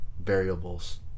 variables